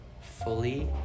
fully